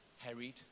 harried